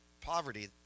poverty